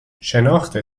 شناخت